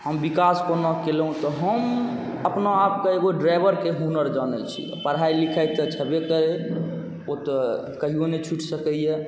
हम विकास कोना केलहुँ तऽ हम अपना आपके एगो ड्राइवरके हुनर जानै छी पढ़ाइ लिखाइ तऽ छेबे करै ओ तऽ कहिओ नहि छुटि सकैए